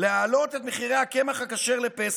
להעלות את מחירי הקמח הכשר לפסח,